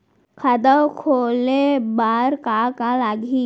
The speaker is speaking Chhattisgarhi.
खाता खोले बार का का लागही?